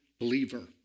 believer